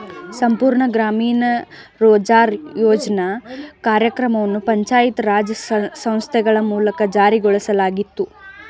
ಸಂಪೂರ್ಣ ಗ್ರಾಮೀಣ ರೋಜ್ಗಾರ್ ಯೋಜ್ನ ಕಾರ್ಯಕ್ರಮವನ್ನು ಪಂಚಾಯತ್ ರಾಜ್ ಸಂಸ್ಥೆಗಳ ಮೂಲಕ ಜಾರಿಗೊಳಿಸಲಾಗಿತ್ತು